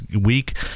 week